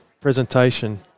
presentation